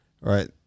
Right